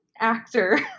actor